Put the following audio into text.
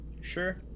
Sure